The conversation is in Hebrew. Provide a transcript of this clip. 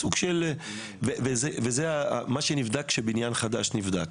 שהן לא פשוטות בכלל, וזה נבדק כשהבניין החדש נבדק.